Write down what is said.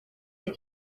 and